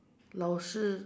老师